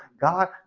God